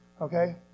Okay